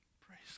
Praise